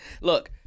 Look